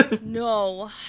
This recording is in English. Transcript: No